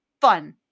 fun